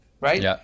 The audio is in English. right